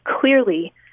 clearly